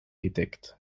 gedeckt